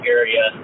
area